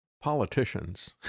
politicians